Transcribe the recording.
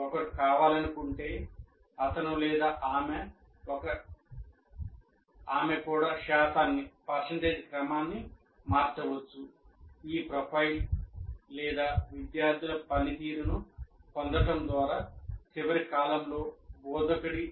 ఒకరు కావాలనుకుంటే అతను ఆమె కూడా శాతాన్ని గొప్ప అభిప్రాయాన్ని ఇస్తుంది